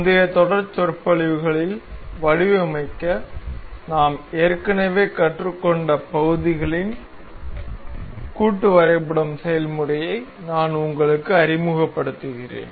முந்தைய தொடர் சொற்பொழிவுகளில் வடிவமைக்க நாம் ஏற்கனவே கற்றுக்கொண்ட பகுதிகளின் அசெம்பிளிங் செயல்முறையை நான் உங்களுக்கு அறிமுகப்படுத்துகிறேன்